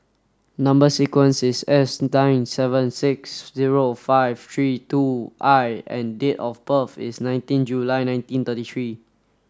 number sequence is S nine seven six zero five three two I and date of birth is nineteen July nineteen thirty three